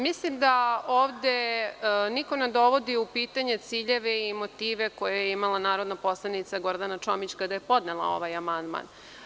Mislim da ovde niko ne dovodi u pitanje ciljeve i motive koje je imala narodna poslanica Gordana Čomić kada je podnela ovaj amandman.